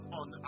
on